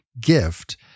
gift